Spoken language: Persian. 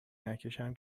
نکشم